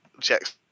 checks